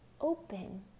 open